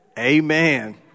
Amen